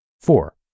Four